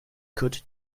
could